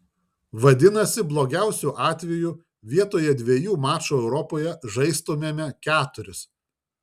vadinasi blogiausiu atveju vietoje dviejų mačų europoje žaistumėme keturis